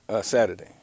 Saturday